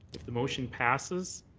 if the motion passes,